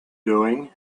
doing